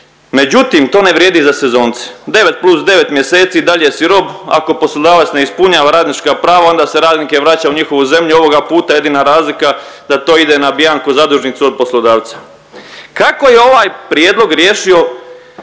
Međutim, to ne vrijedi za sezonce, 9 plus 9 mjeseci i dalje si rob ako poslodavac ne ispunjava radnička prava onda se radnike vraća u njihovu zemlju ovoga puta jedina razlika da to ide na bianco zadužnicu od poslodavca. Kako je ovaj prijedlog riješio